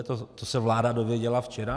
To se vláda dozvěděla včera?